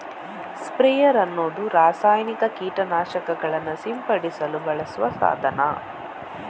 sprayer ಅನ್ನುದು ರಾಸಾಯನಿಕ ಕೀಟ ನಾಶಕಗಳನ್ನ ಸಿಂಪಡಿಸಲು ಬಳಸುವ ಸಾಧನ